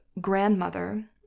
grandmother